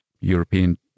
European